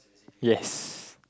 yes